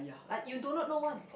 like you do not know one